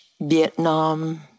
Vietnam